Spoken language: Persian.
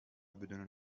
بدون